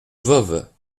voves